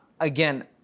again